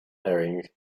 herring